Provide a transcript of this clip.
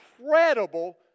incredible